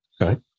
Okay